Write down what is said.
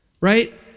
right